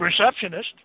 receptionist